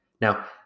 now